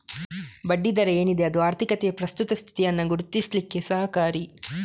ಬಡ್ಡಿ ದರ ಏನಿದೆ ಅದು ಆರ್ಥಿಕತೆಯ ಪ್ರಸ್ತುತ ಸ್ಥಿತಿಯನ್ನ ಗುರುತಿಸ್ಲಿಕ್ಕೆ ಸಹಕಾರಿ